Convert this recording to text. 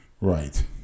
Right